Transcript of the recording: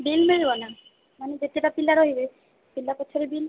bill ମିଳିବ ନା ମାନେ ଯେତେଟା ପିଲା ରହିବେ ପିଲା ପଛରେ ବିଲ୍